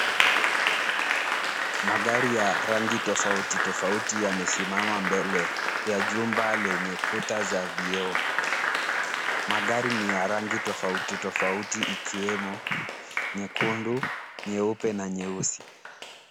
Magari ya rangi tofauti tofauti yamesimama mbele ya jumba lenye kuta za vioo. Magari ni ya rangi tofauti tofauti ikiwemo nyekundu, nyeupe na nyeusi.